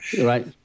Right